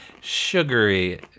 sugary